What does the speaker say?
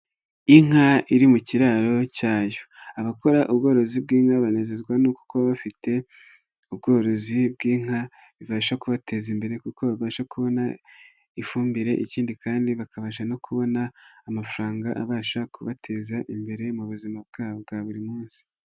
Inka iri mu kiraro cyayo, abakora ubworozi bw'inka banezezwa no kuba baba bafite ubworozi bw'inka, bibasha kubateza imbere kuko babasha kubona ifumbire, ikindi kandi bakabasha no kubona amafaranga abasha kubateza imbere mu buzima bwabo bwa buri munsi.